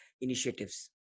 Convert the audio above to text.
initiatives